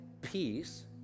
peace